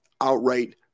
Outright